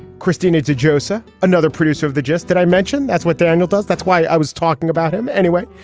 cristina de josiah another producer of the gist that i mentioned. that's what daniel does. that's why i was talking about him anyway.